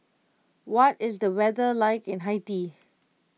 what is the weather like in Haiti